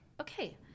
Okay